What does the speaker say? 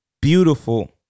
Beautiful